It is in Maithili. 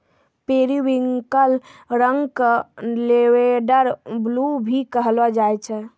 पेरिविंकल रंग क लेवेंडर ब्लू भी कहलो जाय छै